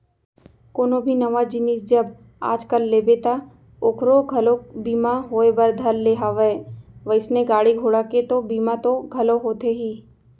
कोनो भी नवा जिनिस जब आज कल लेबे ता ओखरो घलोक बीमा होय बर धर ले हवय वइसने गाड़ी घोड़ा के तो बीमा तो घलौ होथे ही